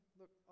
look